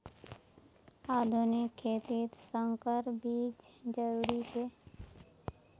आधुनिक खेतित संकर बीज जरुरी छे